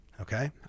Okay